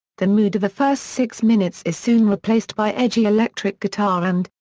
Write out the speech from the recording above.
the mood of the first six minutes is soon replaced by edgy electric guitar and,